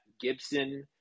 Gibson